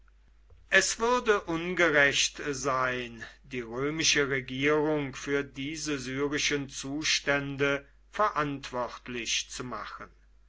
es würde ungerecht sein die römische regierung für diese syrischen zustände verantwortlich zu machen